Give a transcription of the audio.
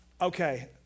Okay